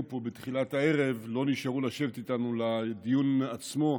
פה בתחילת הערב לא נשארו לשבת איתנו לדיון עצמו.